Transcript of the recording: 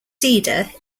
cedar